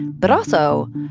but also,